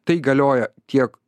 tai galioja tiek